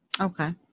Okay